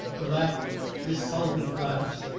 laughed dissolvent laughs,